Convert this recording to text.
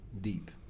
deep